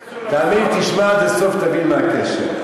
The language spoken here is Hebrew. תאמין לי, תשמע עד הסוף, תבין מה הקשר.